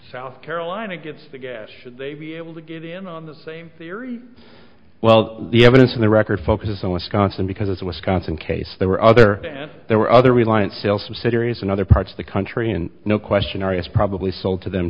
south carolina gets the gas should they be able to get in on the same theory well the evidence in the record focuses on wisconsin because wisconsin case there were other than there were other reliance still some serious in other parts of the country in no question areas probably sold to them